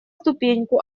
ступеньку